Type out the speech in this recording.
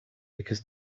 because